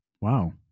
Wow